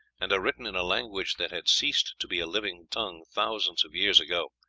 and are written in a language that had ceased to be a living tongue thousands of years ago,